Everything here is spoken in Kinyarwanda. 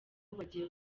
bagiye